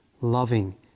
loving